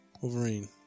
Wolverine